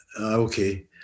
okay